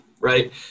right